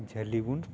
ᱡᱷᱟᱹᱞᱤ ᱵᱩᱱ